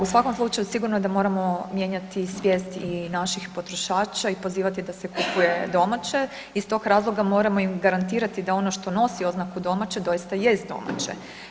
U svakom slučaju, sigurno da moramo mijenjati svijest i naših potrošača i pozivati da se kupuje domaće, iz tog razloga moramo im garantirati da ono što nosi oznaku domaće doista jest domaće.